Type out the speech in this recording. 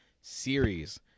series